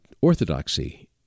orthodoxy